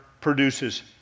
produces